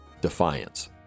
Defiance